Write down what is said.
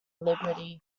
liberty